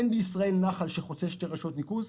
אין בישראל נחל שחוצה שתי רשויות ניקוז.